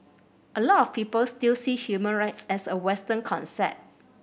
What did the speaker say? a lot of people still see human rights as a Western concept